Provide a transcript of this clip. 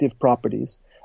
properties